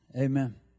amen